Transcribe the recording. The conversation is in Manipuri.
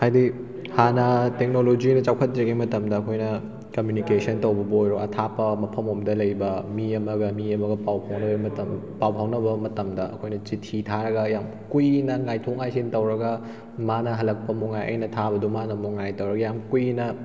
ꯍꯥꯏꯗꯤ ꯍꯥꯟꯅ ꯇꯦꯛꯅꯣꯂꯣꯖꯤꯅ ꯆꯥꯎꯈꯠꯇ꯭ꯔꯤꯉꯩ ꯃꯇꯝꯗ ꯑꯩꯈꯣꯏꯅ ꯀꯝꯃꯨꯅꯤꯀꯦꯁꯟ ꯇꯧꯕꯕꯨ ꯑꯣꯏꯔꯣ ꯑꯊꯥꯞꯄ ꯃꯐꯝ ꯑꯃꯗ ꯂꯩꯕ ꯃꯤ ꯑꯃꯒ ꯃꯤ ꯑꯃꯒ ꯄꯥꯎ ꯐꯥꯎꯅꯕꯩ ꯃꯇꯝ ꯄꯥꯎ ꯐꯥꯎꯅꯕ ꯃꯇꯝꯗ ꯑꯩꯈꯣꯏꯅ ꯆꯤꯊꯤ ꯊꯥꯔꯒ ꯌꯥꯝ ꯀꯨꯏꯅ ꯉꯥꯏꯊꯣꯛ ꯉꯥꯏꯁꯤꯟ ꯇꯧꯔꯒ ꯃꯥꯅ ꯍꯜꯂꯛꯄ ꯑꯃꯨꯛ ꯉꯥꯏ ꯑꯩꯅ ꯊꯥꯕꯗꯣ ꯃꯥꯅ ꯑꯃꯨꯛ ꯉꯥꯏ ꯇꯧꯔ ꯌꯥꯝ ꯀꯨꯏꯅ